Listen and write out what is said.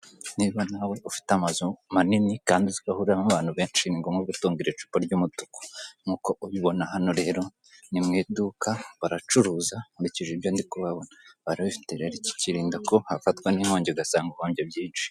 niba ntawe ufite amazu manini kandi uzigahuriramo abantu benshi ni ngombwa gutumbira icupa ry'umutuku nkuko ubibona hano rero ni mu iduka baracuruza nkurikije ibyo ndi kuhabona bararifite kukurinda ko hafatwa n'inkongi ugasanga uhobye byinshi.